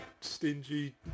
stingy